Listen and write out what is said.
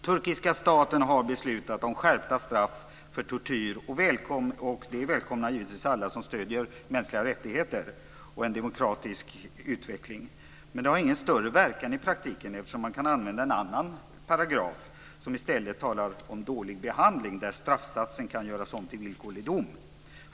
Turkiska staten har beslutat om skärpta straff för tortyr, och det välkomnar givetvis alla som stöder mänskliga rättigheter och en demokratisk utveckling. Men det har ingen större verkan i praktiken, eftersom man kan använda en annan paragraf som i stället talar om dålig behandling där straffsatsen kan göras om till villkorlig dom.